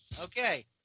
Okay